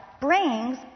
brings